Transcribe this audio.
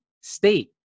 state